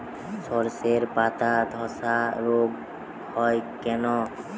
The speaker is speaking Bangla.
শর্ষের পাতাধসা রোগ হয় কেন?